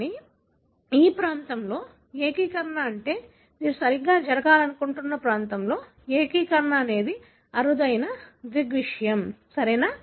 కానీ ఈ ప్రాంతంలో ఏకీకరణ అంటే మీరు సరిగ్గా జరగాలనుకుంటున్న ప్రాంతంలో ఏకీకరణ అనేది అరుదైన దృగ్విషయం సరియైనదా